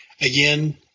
Again